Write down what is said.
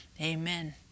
Amen